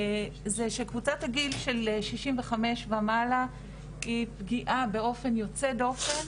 זה שקבוצת הגיל של 65 ומעלה היא פגיעה באופן יוצא דופן,